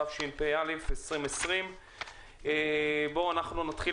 התשפ"א 2020. אנחנו נתחיל.